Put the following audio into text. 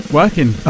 working